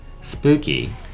Spooky